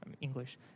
English